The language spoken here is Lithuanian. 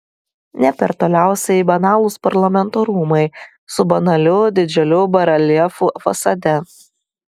ne per toliausiai banalūs parlamento rūmai su banaliu didžiuliu bareljefu fasade